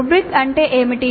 rubric అంటే ఏమిటి